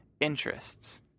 interests